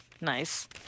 Nice